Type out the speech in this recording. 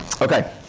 Okay